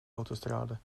autostrade